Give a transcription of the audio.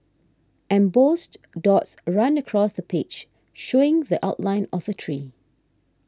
embossed dots run across the page showing the outline of a tree